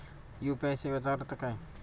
UPI सेवेचा अर्थ काय?